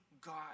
God